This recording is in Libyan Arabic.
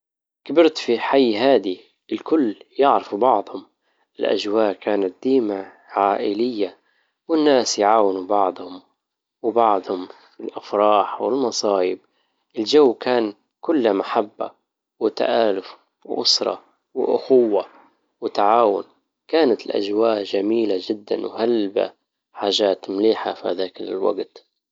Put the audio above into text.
كبرت في حي هادي الكل يعرفوا بعضهم، الأجواء كانت ديما عائلية والناس يعاونو بعضهم، وبعضهم الأفراح والمصايب الجو كان كله محبة وتآلف واسرة واخوة وتعاون كانت الاجواء جميلة جدا وهلبة حاجات مليحة في هذاك الوجت